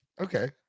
Okay